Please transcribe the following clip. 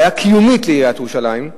בעיה קיומית לעיריית ירושלים.